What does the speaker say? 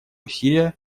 усилия